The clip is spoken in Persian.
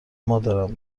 مادرم